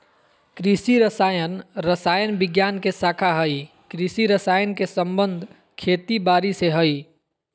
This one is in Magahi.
कृषि रसायन रसायन विज्ञान के शाखा हई कृषि रसायन के संबंध खेती बारी से हई